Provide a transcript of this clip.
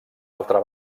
altra